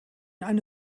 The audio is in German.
eine